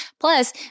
Plus